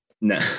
No